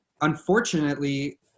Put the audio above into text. unfortunately